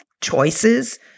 choices